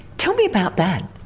tell me about that.